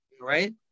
right